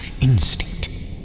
instinct